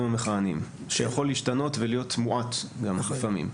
המכהנים שיכול להשתנות ולהיות מועט לפעמים.